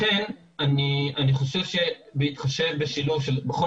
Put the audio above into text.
לכן אני חושב שבהתחשב בשילוב של בכל